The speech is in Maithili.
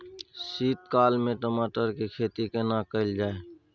शीत काल में टमाटर के खेती केना कैल जाय?